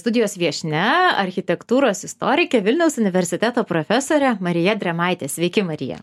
studijos viešnia architektūros istorikė vilniaus universiteto profesorė marija drėmaitė sveiki marija